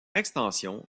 extension